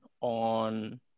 on